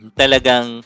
talagang